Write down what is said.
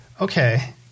okay